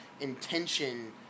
intention